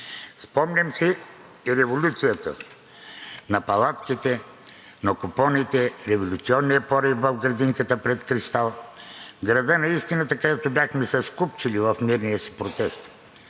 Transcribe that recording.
Спомням си и революцията – на палатките, на купоните, революционния порив в градинката пред „Кристал“, Града на истината, където бяхме се скупчили в мирния си протест,